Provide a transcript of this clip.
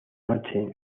noche